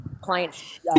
client's